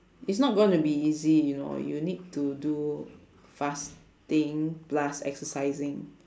it's not gonna be easy you know you need to do fasting plus exercising